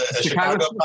Chicago